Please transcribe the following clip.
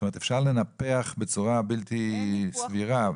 אפשר לנפח בצורה בלתי סבירה.